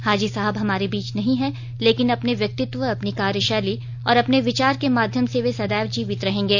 हाजी साहब हमारे बीच नहीं हैं लेकिन अपने व्यक्तित्व अपनी कार्यशैली और अपने विचार के माध्यम से वे सदैव जीवित रहेंगे